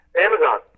Amazon